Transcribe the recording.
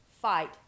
fight